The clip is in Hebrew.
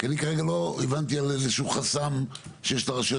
כי לא הבנתי על איזשהו חסם שיש לרשויות